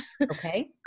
Okay